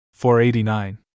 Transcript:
489